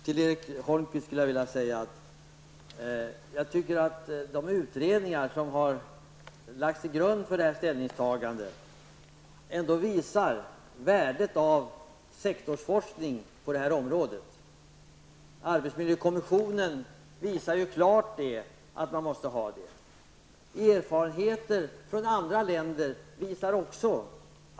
Herr talman! Jag tycker att de utredningar som har lagts som grund för ställningstagandet, Erik Holmkvist, ändå visar värdet av sektorsforskning på området. Arbetsmiljökommissionen visar klart att den behövs och det gör också erfarenheter från andra länder.